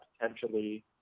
potentially